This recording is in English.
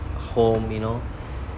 home you know